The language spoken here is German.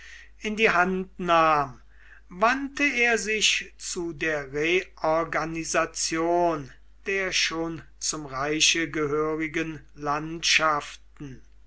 in die hand nahm wandte er sich zu der reorganisation der schon zum reiche gehörigen landschaften